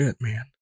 man